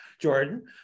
Jordan